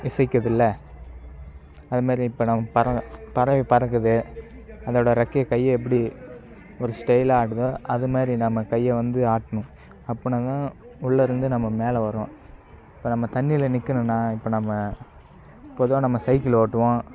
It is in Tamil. அசைகிதுல அது மாதிரி இப்போ நம்ம பறவை பறவை பறக்குது அதோடய இறக்கையை கை எப்படி ஒரு ஸ்டேயிலாக ஆட்டுதோ அது மாதிரி நம்ம கையை வந்து ஆட்டணும் அப்பனா தான் உள்ள இருந்து நம்ம மேலே வருவோம் இப்போ நம்ம தண்ணியில் நிற்கனுன்னா இப்போ நம்ம பொதுவா நம்ம சைக்கிள் ஓட்டுவோம்